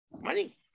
Money